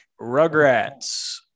Rugrats